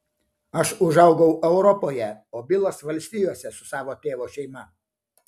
aš užaugau europoje o bilas valstijose su savo tėvo šeima